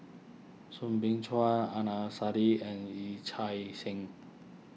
Soo Bin Chua Adnan Saidi and Yee Chia Hsing